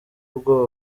ubwoba